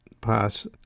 pass